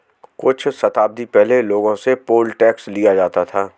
कुछ शताब्दी पहले लोगों से पोल टैक्स लिया जाता था